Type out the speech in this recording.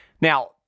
Now